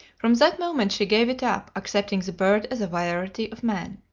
from that moment she gave it up, accepting the bird as a variety of man.